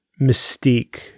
mystique